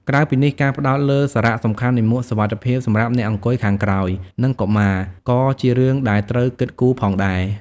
ក្រៅពីនេះ ការផ្តោតលើសារៈសំខាន់នៃមួកសុវត្ថិភាពសម្រាប់អ្នកអង្គុយខាងក្រោយ និងកុមារ ក៏ជារឿងដែលត្រូវគិតគូផងដែរ។